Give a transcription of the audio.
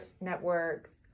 networks